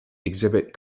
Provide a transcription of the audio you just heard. exhibit